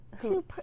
two